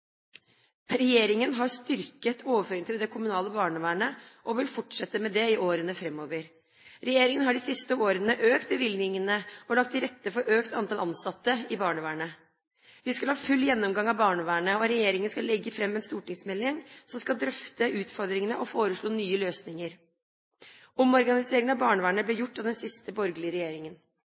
Regjeringen har styrket overføringene til det kommunale barnevernet, og vil fortsette med det i årene framover. Regjeringen har de siste årene økt bevilgningene og lagt til rette for økt antall ansatte i barnevernet. Vi skal ha full gjennomgang av barnevernet, og regjeringen skal legge fram en stortingsmelding som skal drøfte utfordringene og foreslå nye løsninger. Omorganiseringen av barnevernet ble gjort av den siste borgerlige regjeringen.